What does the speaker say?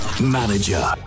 Manager